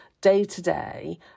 day-to-day